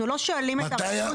אנחנו לא שואלים את הרשויות מראש.